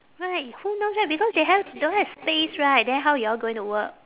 right who knows right because they ha~ don't have space right then how you all going to work